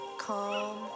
calm